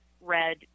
red